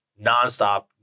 nonstop